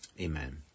Amen